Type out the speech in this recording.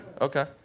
Okay